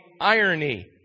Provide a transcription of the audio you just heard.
irony